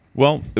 well,